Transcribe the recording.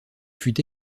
fut